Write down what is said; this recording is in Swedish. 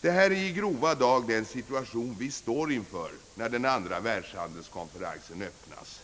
Detta är i stora drag den situation vi står inför, när den andra världshandelskonferensen öppnas.